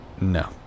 No